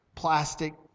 plastic